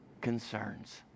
concerns